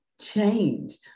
change